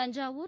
Thanjavur